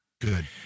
Good